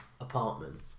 apartment